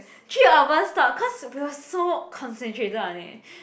three of us thought cause we are so concentrated on it